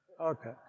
Okay